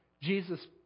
Jesus